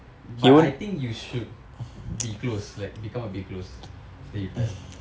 but I think you should be close like become a bit close then you tell